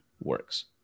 works